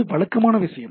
இது வழக்கமான விஷயம்